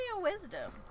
wisdom